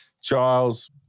Charles